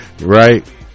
Right